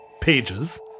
pages